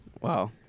Wow